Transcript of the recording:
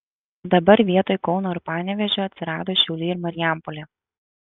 dabar vietoj kauno ir panevėžio atsirado šiauliai ir marijampolė